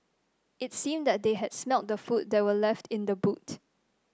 it seemed that they had the food that were left in the boot